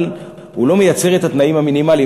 אבל הוא לא מייצר את התנאים המינימליים.